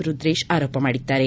ರುದ್ರೇಶ್ ಆರೋಪ ಮಾಡಿದ್ದಾರೆ